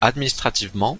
administrativement